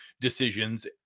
decisions